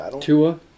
Tua